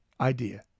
idea